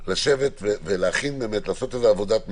לעשות איזה עבודת מטה,